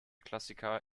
klassiker